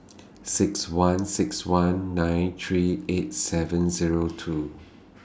six one six one nine three eight seven Zero two